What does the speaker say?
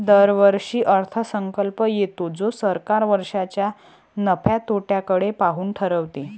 दरवर्षी अर्थसंकल्प येतो जो सरकार वर्षाच्या नफ्या तोट्याकडे पाहून ठरवते